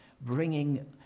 bringing